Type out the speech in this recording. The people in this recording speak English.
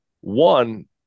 One